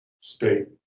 state